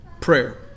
prayer